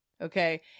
okay